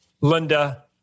Linda